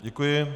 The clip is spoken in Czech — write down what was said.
Děkuji.